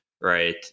right